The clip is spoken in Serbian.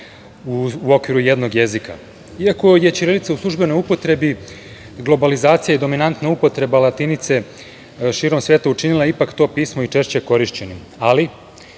u okviru jednog jezika. Iako je ćirilica u službenoj upotrebi, globalizacija i dominantna upotreba latinice širom sveta učinila je ipak to pismo i češće korišćenim, ali